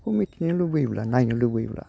बेखौ मिथिनो लुबैयोब्ला नायनो लुबैयोब्ला